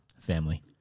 family